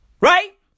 Right